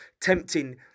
tempting